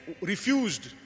refused